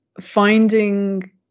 finding